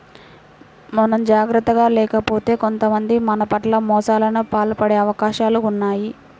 మనం జాగర్తగా లేకపోతే కొంతమంది మన పట్ల మోసాలకు పాల్పడే అవకాశాలు ఉన్నయ్